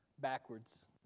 backwards